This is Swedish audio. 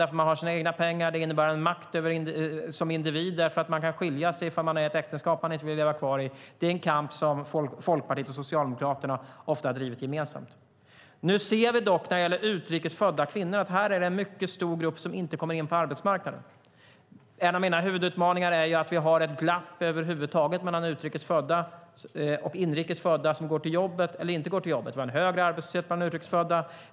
Det gav makt att ha egna pengar och att kunna skilja sig om man levde i ett olyckligt äktenskap. Denna kamp drev Folkpartiet och Socialdemokraterna ofta gemensamt. När det gäller utrikes födda kvinnor ser vi dock att det är en mycket stor grupp som inte kommer in på arbetsmarknaden. En av mina huvudutmaningar är att vi har ett glapp mellan utrikes och inrikes födda som har jobb. Vi har högre arbetslöshet bland utrikes födda.